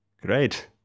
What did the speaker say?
Great